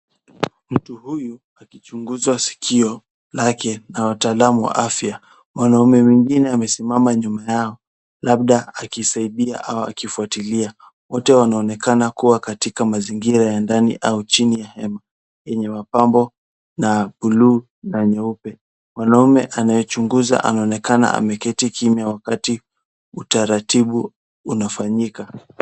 Mtu huyu akichunguzwa sikio lake na wataalum wa afya. Mwanaume mwingine amesimama nyuma yao labda akisaidia au akifwatilia wote wanaonekana kuwa katika mazingira ya ndani au jini ya hema enye mapambo na bluu na nyeupe. Mwanaume anayechunguza anaonekana ameketi mimya wakati utaratifu unafanyika.